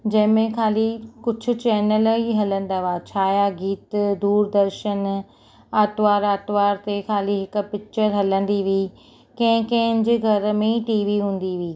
जंहिंमें ख़ाली कुझु चैनल ई हलंदा हुआ छाया गीतु दूरदर्शन आरतवार आरतवार ते ख़ाली हिकु पिक्चर हलंदी हुई कंहिं कंहिं जे घर में टीवी हूंदी हुई